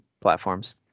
platforms